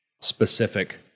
specific